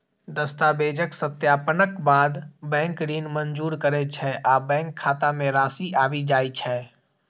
दस्तावेजक सत्यापनक बाद बैंक ऋण मंजूर करै छै आ बैंक खाता मे राशि आबि जाइ छै